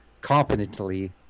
competently